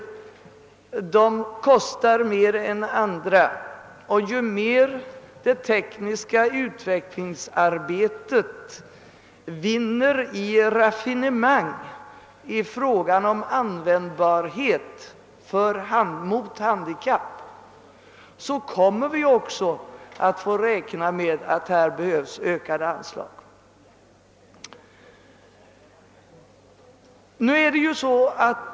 En hel mängd sådana hjälpmedel kostar mycket, och ju mer raffinerade hjälpmedel mot handikapp som det tekniska utvecklingsarbetet leder till, desto större anslag kommer det att behövas.